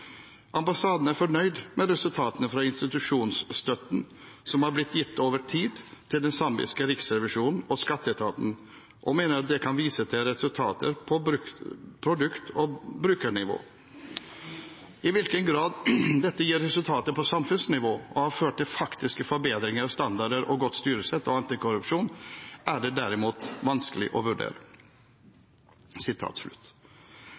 er fornøyd med resultatene fra institusjonsstøtten som har blitt gitt over tid til den zambiske riksrevisjonen og skatteetaten, og mener at det kan vises til resultater på produkt- og brukernivå. I hvilken grad dette gir resultater på samfunnsnivå og har ført til faktisk forbedring av standarder og godt styresett og antikorrupsjon, er det derimot vanskeligere å vurdere.»